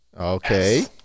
Okay